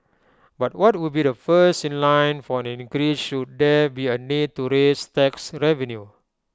but what would be the first in line for an increase should there be A need to raise tax revenue